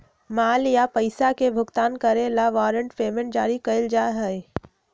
माल या पैसा के भुगतान करे ला वारंट पेमेंट जारी कइल जा हई